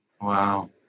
wow